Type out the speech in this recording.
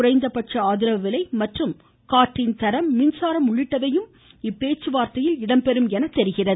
குறைந்தபட்ச ஆதரவு விலை மற்றும் காற்றின் தரம் மின்சாரம் உள்ளிட்டவையும் இப்பேச்சுவார்த்தையில் இடம்பெறுகின்றன